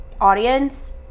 audience